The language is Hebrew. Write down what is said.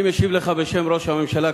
אני משיב לך בשם ראש הממשלה,